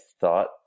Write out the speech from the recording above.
thought